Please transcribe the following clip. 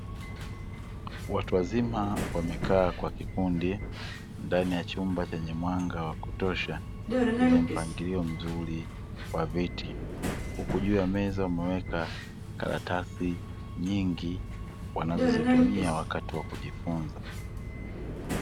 Watu wazima wamekaa kwa kikundi ndani ya chumba chenye mwanga wa kutosha na mpangilio mzuri wa viti, huku juu ya meza wameweka karatasi nyingi wanazozitumia wakati wa kujifunza.